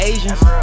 Asians